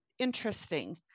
interesting